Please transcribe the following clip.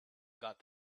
got